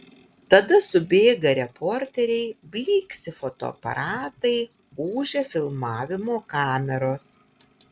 tada subėga reporteriai blyksi fotoaparatai ūžia filmavimo kameros